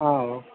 ஆ hello